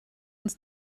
uns